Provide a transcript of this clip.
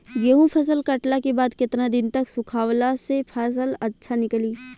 गेंहू फसल कटला के बाद केतना दिन तक सुखावला से फसल अच्छा निकली?